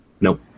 Nope